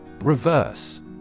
Reverse